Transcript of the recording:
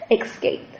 escape